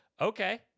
Okay